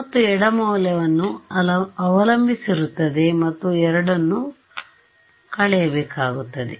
ಮತ್ತು ಎಡ ಮೌಲ್ಯವನ್ನು ಅವಲಂಬಿಸಿರುತ್ತದೆ ಮತ್ತು ಎರಡನ್ನು ಕಳೆಯಿರಿ